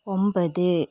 ഒമ്പത്